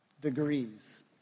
degrees